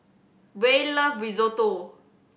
Rey love Risotto